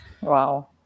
Wow